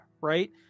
right